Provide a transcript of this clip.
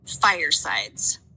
Firesides